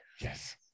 Yes